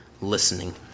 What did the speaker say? listening